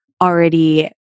already